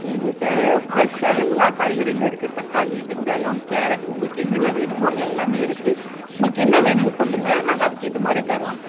எங்கள்ட்ட ஃப்ரெஷ்ஷாக எல்லா காய்கறிகளும் இருக்குது தக்காளி வெங்காயம் கேரட் உங்களுக்கு என்னென்ன வேணுமோ எல்லாமே இருக்குது உங்களுக்கு என்ன வேணும்னு சொல்லுங்கள் நாங்கள் அதுக்கேற்ற மாதிரி தர்றோம்